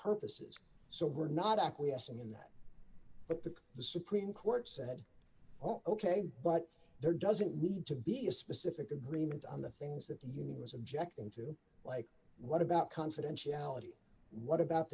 purposes so we're not acquiescing in that but the the supreme court said oh ok but there doesn't need to be a specific agreement on the things that the union was objecting to like what about confidentiality what about